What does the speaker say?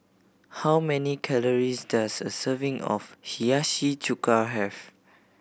how many calories does a serving of Hiyashi Chuka have